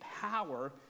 power